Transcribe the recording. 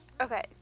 Okay